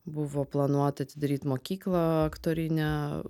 buvo planuota atidaryti mokyklą aktorinę